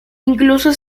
incluso